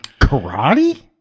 Karate